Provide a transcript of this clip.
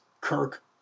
Kirk